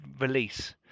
Release